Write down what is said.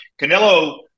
Canelo